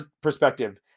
perspective